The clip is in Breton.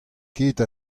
ket